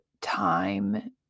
time